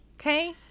Okay